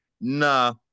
Nah